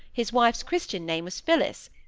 his wife's christian name was phillis,